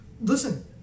Listen